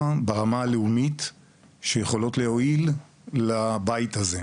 ברמה הלאומית שיכולות להועיל לבית הזה,